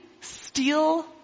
steal